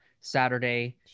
saturday